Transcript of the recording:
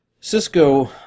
Cisco